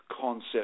concept